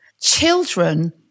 children